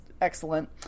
excellent